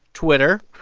twitter.